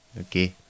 Okay